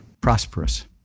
prosperous